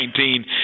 2019